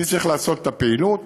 אני צריך לעשות את הפעילות,